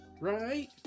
Right